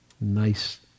nice